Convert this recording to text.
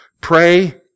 Pray